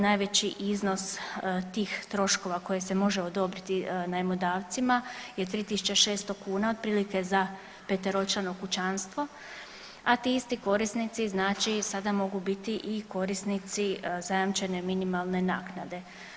Najveći iznos tih troškova koje se može odobriti najmodavcima je 3600 kuna otprilike za peteročlano kućanstvo, a ti isti korisnici znači sada mogu biti i korisnici zajamčene minimalne naknade.